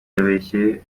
yabeshye